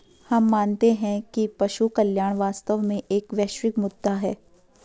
हम मानते हैं कि पशु कल्याण वास्तव में एक वैश्विक मुद्दा है